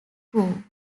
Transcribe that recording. crew